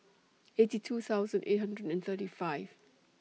eighty two thousand eight hundred and thirty five